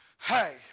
Hey